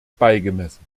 beigemessen